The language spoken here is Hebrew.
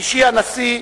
אישי הנשיא,